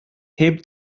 heb